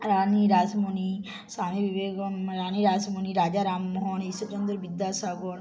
রানি রাসমণি স্বামী বিবেকা রানি রাসমণি রাজা রামমোহন ঈশ্বরচন্দ্র বিদ্যাসাগর